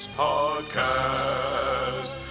podcast